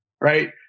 Right